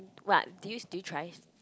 what do you still tries